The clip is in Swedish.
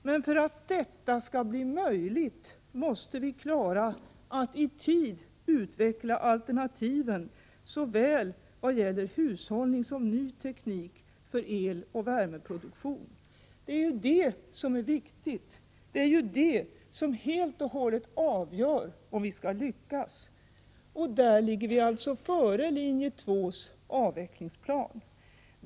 Men för att detta skall bli möjligt måste vi klara att i tid utveckla alternativen, såväl i fråga om hushållning som när det gäller ny teknik för eloch värmeproduktion. Det är ju detta som är viktigt. Det är detta som helt och hållet avgör om vi skall lyckas. Och där ligger vi alltså före linje 2:s avvecklingsplan.